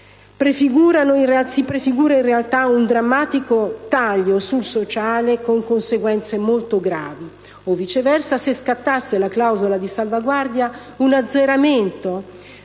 Si prefigura in realtà un drammatico taglio sul sociale, con conseguenze molto gravi; o viceversa, se scattasse la clausola di salvaguardia, un azzeramento